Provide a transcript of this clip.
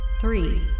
Three